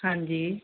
ਹਾਂਜੀ